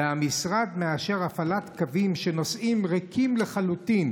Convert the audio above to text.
המשרד מאשר הפעלת קווים שנוסעים ריקים לחלוטין